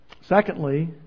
Secondly